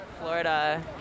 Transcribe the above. Florida